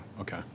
okay